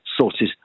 sources